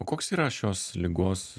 o koks yra šios ligos